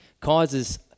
causes